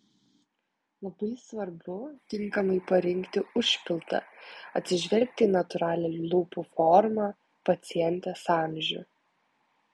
labai svarbu tinkamai parinkti užpildą atsižvelgti į natūralią lūpų formą pacientės amžių